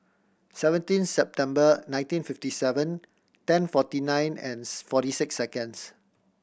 seventeen September nineteen fifty seven ten forty nine and forty six seconds